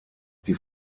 die